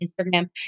Instagram